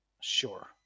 Sure